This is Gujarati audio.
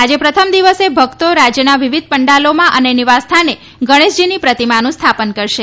આજે પ્રથમ દિવસે ભક્તો રાજ્યના વિવિધ પંડાલોમાં અને નિવાસસ્થાને ગણેશજીની પ્રતિમાનું સ્થાપન કરશે